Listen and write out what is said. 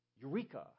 Eureka